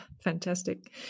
fantastic